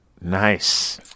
nice